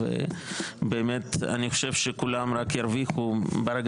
ובאמת אני חושב שכולם רק ירוויחו ברגע